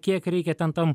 kiek reikia ten tam